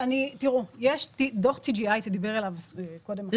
יש דוח TGI שדיבר עליו קודם חבר הכנסת סמוטריץ'.